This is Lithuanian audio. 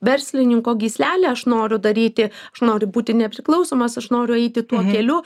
verslininko gyslelę aš noriu daryti aš noriu būti nepriklausomas aš noriu eiti tuo keliu